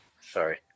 Sorry